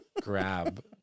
Grab